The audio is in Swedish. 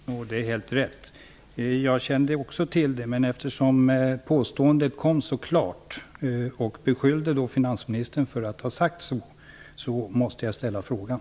Fru talman! Det är helt rätt. Jag kände också till det. Men eftersom påståendet kom så klart och finansministern beskylldes för att ha sagt på detta vis, måste jag ställa frågan.